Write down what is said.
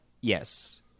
Yes